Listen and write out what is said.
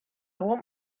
want